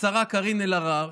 השרה קארין אלהרר,